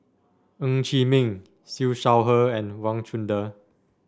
Ng Chee Meng Siew Shaw Her and Wang Chunde